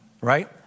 right